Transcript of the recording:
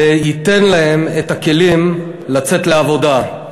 וייתן להם כלים לצאת לעבודה.